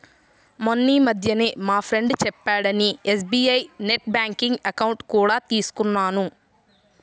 మొన్నీమధ్యనే మా ఫ్రెండు చెప్పాడని ఎస్.బీ.ఐ నెట్ బ్యాంకింగ్ అకౌంట్ కూడా తీసుకున్నాను